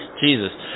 Jesus